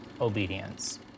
obedience